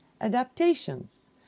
adaptations